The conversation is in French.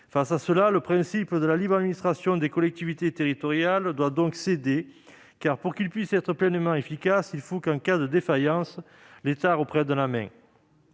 Face à cela, le principe de la libre administration des collectivités territoriales doit donc céder. En effet, pour qu'il puisse être pleinement efficace, il faut qu'en cas de défaillance l'État reprenne la main.